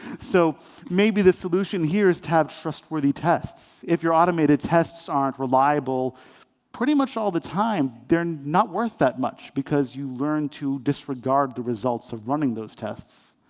so maybe the solution here is to have trustworthy tests. if your automated tests aren't reliable pretty much all the time, they're not worth that much because you learn to disregard the results of running those tests.